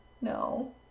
No